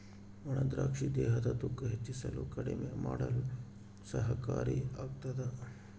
ಒಣ ದ್ರಾಕ್ಷಿ ದೇಹದ ತೂಕ ಹೆಚ್ಚಿಸಲು ಕಡಿಮೆ ಮಾಡಲು ಸಹಕಾರಿ ಆಗ್ತಾದ